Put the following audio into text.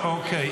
אוקיי.